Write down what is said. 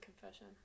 confession